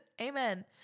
Amen